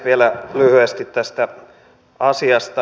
vielä lyhyesti tästä asiasta